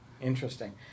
Interesting